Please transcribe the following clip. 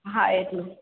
હા એટલું